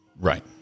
Right